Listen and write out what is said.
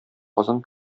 казан